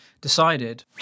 decided